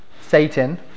Satan